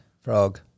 Frog